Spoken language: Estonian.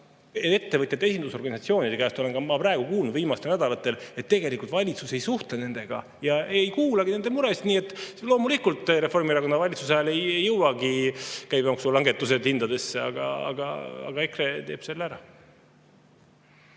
Ettevõtjate esindusorganisatsioonide käest olen ma kuulnud viimastel nädalatel, et tegelikult valitsus ei suhtle nendega ja ei kuula nende muresid. Loomulikult, Reformierakonna valitsuse ajal ei jõuagi käibemaksulangetus hindadesse, aga EKRE teeb selle ära.